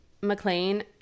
McLean